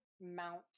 mount